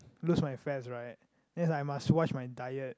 lose my fats right then is like I must watch my diet